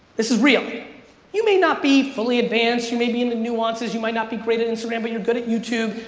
this is real you may not be fully advanced, you may be in the nuances, you might not be great at instagram but you're good at youtube,